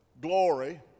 glory